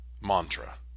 mantra